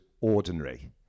ordinary